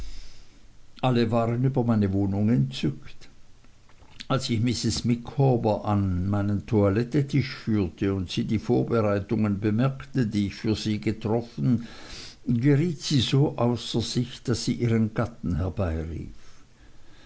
alle waren über meine wohnung entzückt als ich mrs micawber an meinen toilettetisch führte und sie die vorbereitungen bemerkte die ich für sie getroffen geriet sie so außer sich daß sie ihren gatten